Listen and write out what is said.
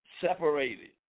separated